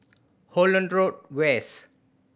Holland Road West